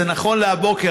זה נכון להבוקר,